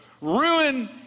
ruin